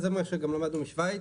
וזה מה שלמדנו משוויץ,